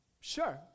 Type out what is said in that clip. Sure